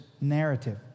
narrative